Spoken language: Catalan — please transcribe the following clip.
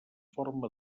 forma